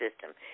system